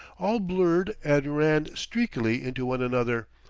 all blurred and ran streakily into one another,